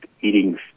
eating